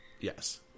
Yes